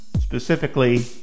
specifically